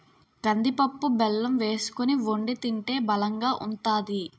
కందిపప్పు బెల్లం వేసుకొని వొండి తింటే బలంగా ఉంతాది